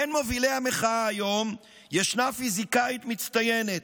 בין מובילי המחאה היום ישנה פיזיקאית מצטיינת,